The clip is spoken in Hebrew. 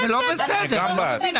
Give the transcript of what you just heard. גם אני בעד.